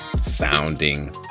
sounding